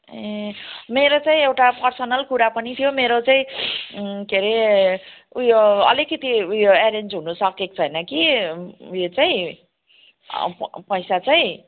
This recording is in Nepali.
ए मेरो चाहिँ एउटा पर्सनल कुरा पनि थियो मेरो चाहिँ के रे ऊ यो अलिकिति ऊ यो एरेन्ज हुनुसकेको छैन कि ऊ यो चाहिँ प पैसा चाहिँ